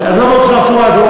עזוב אותך, פואד.